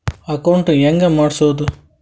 Account ಹೆಂಗ್ ಮಾಡ್ಸೋದು?